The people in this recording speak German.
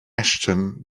ashton